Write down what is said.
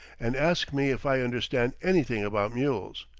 and asks me if i understand anything about mules.